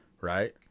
right